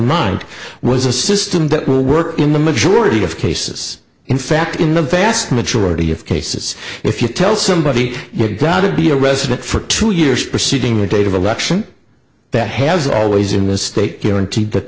mind was a system that will work in the majority of cases in fact in the vast majority of cases if you tell somebody you've got to be a resident for two years preceding the date of election that has always in the state guaranteed that